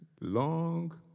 Long